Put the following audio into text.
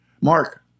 Mark